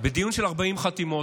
בדיון של 40 חתימות,